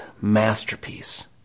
masterpiece